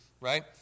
right